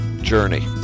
journey